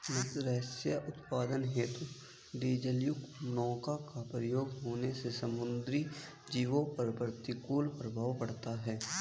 मत्स्य उत्पादन हेतु डीजलयुक्त नौका का प्रयोग होने से समुद्री जीवों पर प्रतिकूल प्रभाव पड़ता है